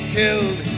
killed